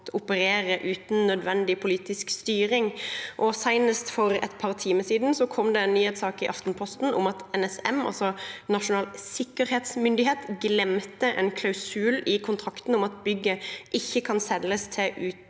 operere uten nødvendig politisk styring. Senest for et par timer siden kom det en nyhetssak i Aftenposten om at NSM, altså Nasjonal sikkerhetsmyndighet, glemte en klausul i kontrakten om at bygget ikke kan selges til